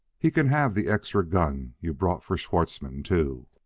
he can have the extra gun you brought for schwartzmann, too.